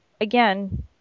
again